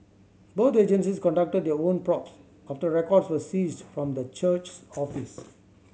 both agencies conducted their own probes after records were seized from the church's office